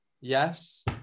Yes